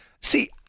see